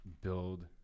build